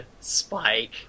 spike